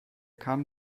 kann